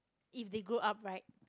if they grow up right